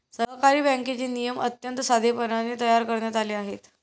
सहकारी बँकेचे नियम अत्यंत साधेपणाने तयार करण्यात आले आहेत